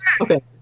Okay